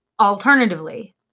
Alternatively